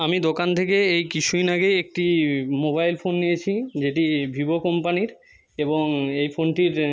আমি দোকান থেকে এই কিছু দিন আগে একটি মোবাইল ফোন নিয়েছি যেটি ভিভো কোম্পানির এবং এই ফোনটির